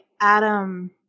Adam